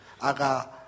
Aga